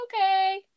okay